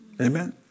Amen